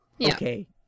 okay